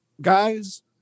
guys